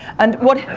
and what.